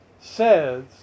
says